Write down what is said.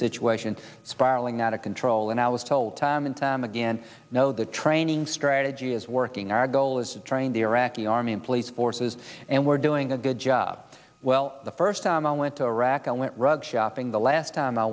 situation spiraling out of control and i was told time and time again know the training strategy is working our goal as a trained iraqi army and police forces and we're doing a good job well the first time i went to iraq and went rug shopping the last time i